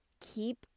keep